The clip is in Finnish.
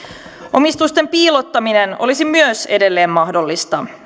omistusten piilottaminen olisi myös edelleen mahdollista